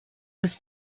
was